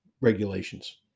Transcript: regulations